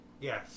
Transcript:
Yes